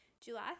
July